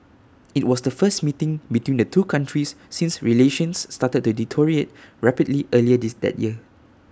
IT was the first meeting between the two countries since relations started to deteriorate rapidly earlier this that year